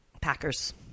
Packers